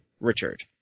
Richard